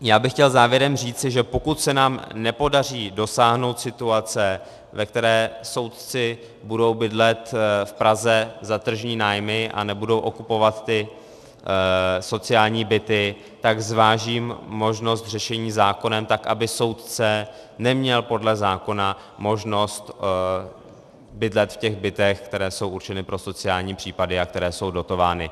Já bych chtěl závěrem říci, že pokud se nám nepodaří dosáhnout situace, v které soudci budou bydlet v Praze za tržní nájmy a nebudou okupovat sociální byty, tak zvážím možnost řešení zákonem, tak aby soudce neměl podle zákona možnost bydlet v bytech, které jsou určeny pro sociální případy a které jsou dotovány.